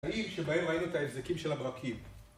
באי שבהם ראינו את ההבזקים של הברקים